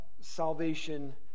salvation